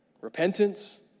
Repentance